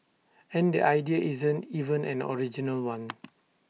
and the idea isn't even an original one